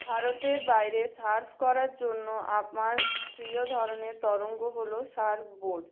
ভারতের বাইরে সার্ফ করার জন্য আমার প্রিয় ধরনের তরঙ্গ হল সার্ফবোর্ড